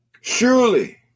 Surely